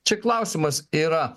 čia klausimas yra